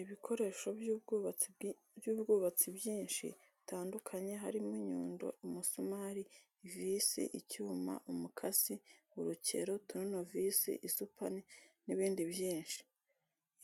Ibikoresho by'ubwubatsi byinshi bitandukanye: harimo inyundo, umusumari, ivisi, icyuma, umukasi, urukero, turunevisi, isupani n'ibindi byinshi.